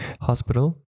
hospital